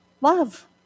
Love